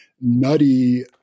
Nutty